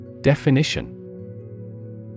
Definition